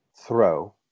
throw